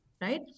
right